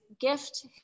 gift